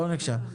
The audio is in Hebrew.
לא נחשב.